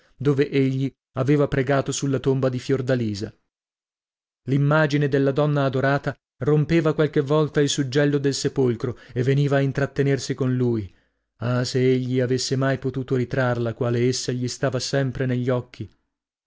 dove egli aveva pregato sulla tomba di fiordalisa l'immagine della donna adorata rompeva qualche volta il suggello del sepolcro e veniva a intrattenersi con lui ah se egli avesse mai potuto ritrarla quale essa gli stava sempre negli occhi